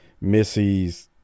Missy's